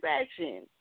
action